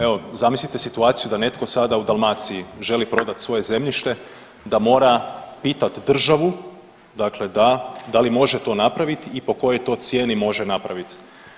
Evo, zamislite situaciju da netko sada u Dalmaciji želi prodat svoje zemljište da mora pitat državu, dakle da da li može to napraviti i po kojoj to cijeni može napraviti.